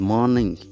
Morning